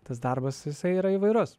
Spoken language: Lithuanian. tas darbas jisai yra įvairus